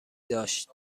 داشت